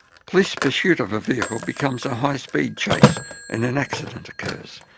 police pursuit of a vehicle becomes a high-speed chase and an accident occurs,